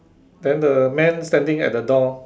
then the man standing at the door